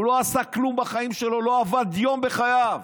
הוא לא עשה כלום בחיים שלו, לא עבד יום בחייו,